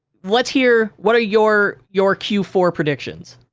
let's hear, what are your your q four predictions?